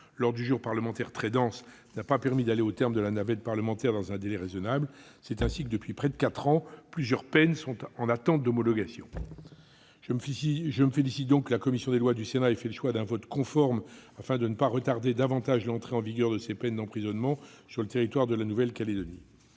L'ordre du jour parlementaire très dense n'a pas permis d'aller au terme de la navette parlementaire dans un délai raisonnable. C'est ainsi que, depuis près de quatre ans, plusieurs peines sont en attente d'homologation. Je me félicite donc que la commission des lois du Sénat fait le choix d'un vote conforme, afin de ne pas retarder davantage l'entrée en vigueur de ces peines d'emprisonnement sur le territoire de la Nouvelle-Calédonie.